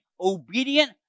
obedient